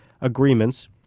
agreements